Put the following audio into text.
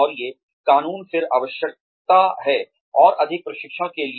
और ये कानून फिर आवश्यकता है और अधिक प्रशिक्षण के लिए